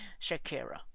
Shakira